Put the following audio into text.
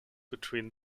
between